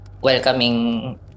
welcoming